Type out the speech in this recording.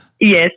Yes